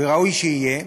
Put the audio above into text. וראוי שיהיה,